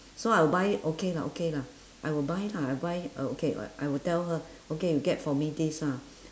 so I'll buy it okay lah okay lah I will buy lah I will buy uh okay [what] I will tell her okay you get for me this ah